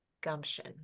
gumption